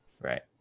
right